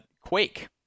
quake